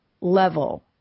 level